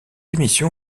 émission